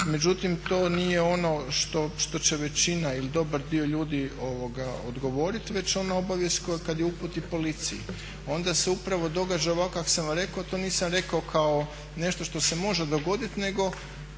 Međutim, to nije ono što će većina ili dobar dio ljudi odgovoriti već ona obavijest kad je uputi policiji. Onda se upravo događa ovako kako sam vam rekao, a to nisam rekao kao nešto što se može dogoditi, nego